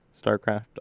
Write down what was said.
StarCraft